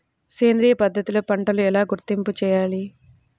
సేంద్రియ పద్ధతిలో పంటలు ఎలా గుర్తింపు చేయాలి?